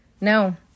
No